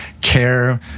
care